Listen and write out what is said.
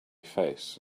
face